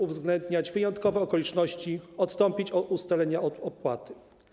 uwzględniając wyjątkowe okoliczności, odstąpić od ustalenia opłaty.